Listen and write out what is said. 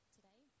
Today